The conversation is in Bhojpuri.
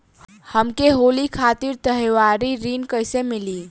हमके होली खातिर त्योहारी ऋण कइसे मीली?